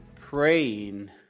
praying